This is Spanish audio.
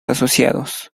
asociados